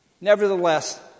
Nevertheless